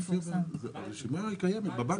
הרשימה קיימת בבנקים.